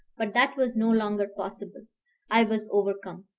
but that was no longer possible i was overcome.